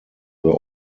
were